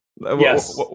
Yes